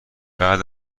بعد